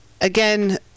again